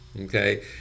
Okay